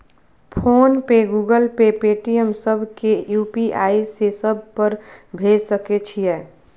Phone pay, Google pay, Paytm, सब के UPI से सब पर भेज सके छीयै?